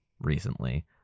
recently